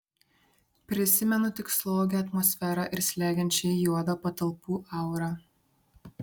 prisimenu tik slogią atmosferą ir slegiančiai juodą patalpų aurą